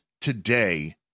today